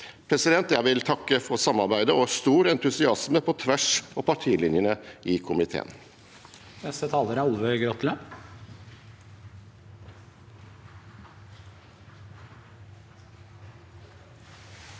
Jeg vil takke for samarbeidet og en stor entusiasme på tvers av partilinjene i komiteen.